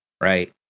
right